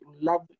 love